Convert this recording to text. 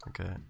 Okay